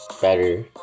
better